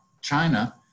China